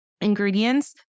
ingredients